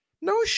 no